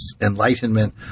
enlightenment